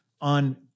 on